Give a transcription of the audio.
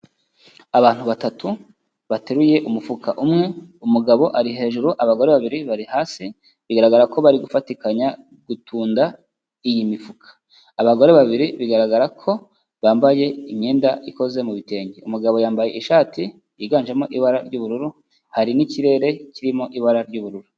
Abantu batatu bateruye umufuka umwe, umugabo ari hejuru, abagore babiri bari hasi bigaragara ko bari gufatikanya gutunda iyi mifuka, abagore babiri bigaragara ko bambaye imyenda ikoze mu bitenge. Umugabo yambaye ishati yiganjemo ibara ry'ubururu, hari n'ikirere kirimo ibara ry'ubururu.